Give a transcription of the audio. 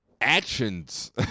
actions